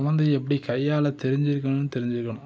குழந்தை எப்படி கையாள தெரிஞ்சுருக்கணும்னு தெரிஞ்சுருக்கணும்